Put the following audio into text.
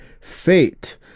fate